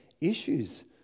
issues